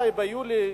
ביולי,